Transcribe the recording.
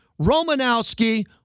Romanowski